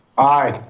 aye.